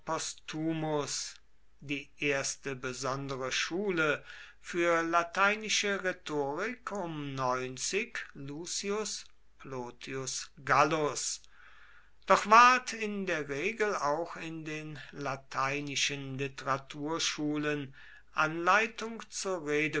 die erste besondere schule für lateinische rhetorik um lucius plotius gallus doch ward in der regel auch in den lateinischen literaturschulen anleitung zur